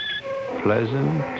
pleasant